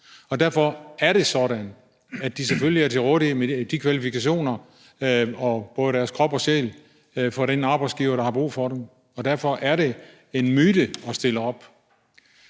Derfor er det sådan, at de selvfølgelig er til rådighed med de kvalifikationer, de har, og med både deres krop og sjæl for den arbejdsgiver, der har brug for dem. Og derfor er det en myte, ordføreren stiller op.